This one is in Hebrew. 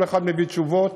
כל אחד מביא תשובות